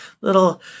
little